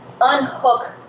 unhook